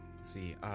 see